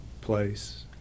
place